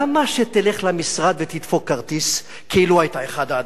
למה שתלך למשרד ותדפוק כרטיס כאילו היית אחד האדם?